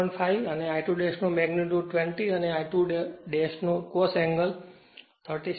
5 છે અને I2 નો મેગ્નિટ્યુડ 20 અને I2 નો cos એન્ગલ 36